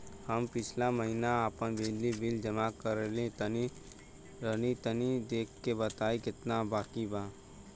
हम पिछला महीना आपन बिजली बिल जमा करवले रनि तनि देखऽ के बताईं केतना बाकि बा?